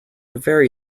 very